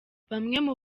bamwe